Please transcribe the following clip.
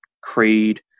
Creed